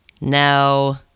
no